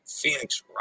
Phoenix